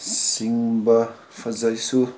ꯁꯤꯡꯕ ꯐꯖꯩꯁꯨ